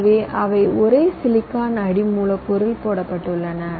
எனவே அவை ஒரே சிலிக்கான் அடி மூலக்கூறில் போடப்பட்டுள்ளன